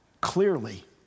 clearly